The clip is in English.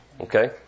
Okay